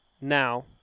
Now